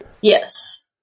Yes